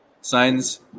signs